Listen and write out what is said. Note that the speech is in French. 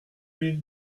mille